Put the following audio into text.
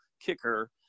kicker